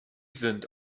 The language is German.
sind